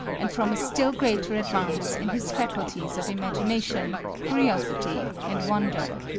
and from a still greater advance in his faculties of imagination, curiosity and wonder.